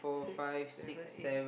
six seven eight